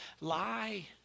lie